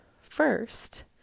first